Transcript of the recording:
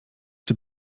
czy